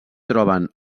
troben